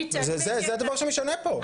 זה הדבר שמשנה פה.